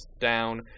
down